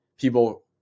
people